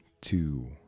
two